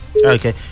Okay